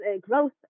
growth